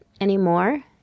anymore